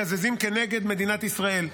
מקזזים כנגד מדינת ישראל.